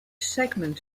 segment